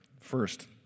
First